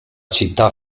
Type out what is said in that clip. città